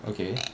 okay